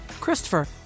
Christopher